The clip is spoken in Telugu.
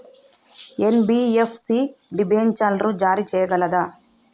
ఎన్.బి.ఎఫ్.సి డిబెంచర్లు జారీ చేయగలదా?